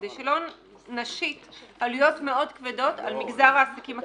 כדי שלא נשית עלויות מאוד כבדות על מגזר העסקים הקטנים.